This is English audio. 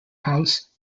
house